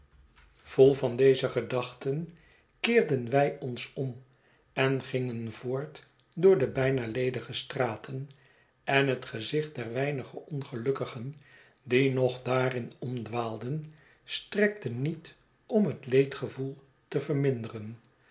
vol van deze gedachten keerden wij ons om en gingen voort door de bijna ledige straten en het gezicht der weinige ongelukkigen die nog daarin omdwaalden strekte niet om het leedgevoel te verminderen